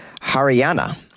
Haryana